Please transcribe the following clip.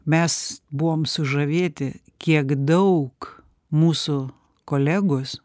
mes buvom sužavėti kiek daug mūsų kolegos